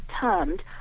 termed